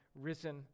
risen